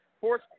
Fourth